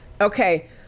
Okay